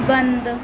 ਬੰਦ